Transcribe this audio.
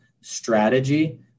strategy